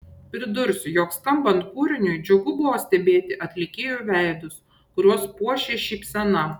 pridursiu jog skambant kūriniui džiugu buvo stebėti atlikėjų veidus kuriuos puošė šypsena